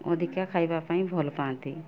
ଅଧିକା ଖାଇବା ପାଇଁ ଭଲ ପାଆନ୍ତି